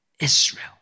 Israel